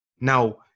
Now